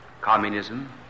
communism